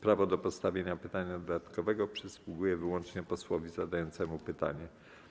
Prawo do postawienia pytania dodatkowego przysługuje wyłącznie posłowi zadającemu pytanie.